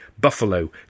Buffalo